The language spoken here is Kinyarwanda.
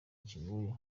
kigoye